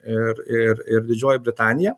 ir ir ir didžioji britanija